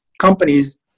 companies